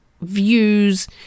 views